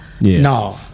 No